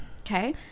Okay